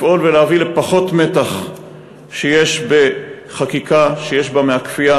לפעול ולהביא לפחות מתח שיש בחקיקה שיש בה מהכפייה